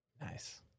Nice